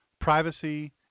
Privacy